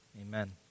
amen